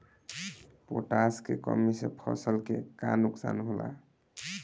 Potash के कमी से फसल के का नुकसान होला?